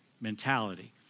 mentality